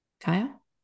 Kyle